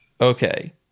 Okay